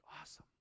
awesome